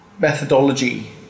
Methodology